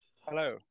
Hello